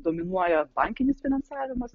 dominuoja bankinis finansavimas